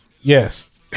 Yes